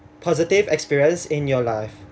positive experience in your life